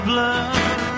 Blood